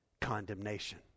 condemnation